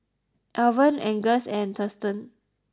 Alvan Angus and Thurston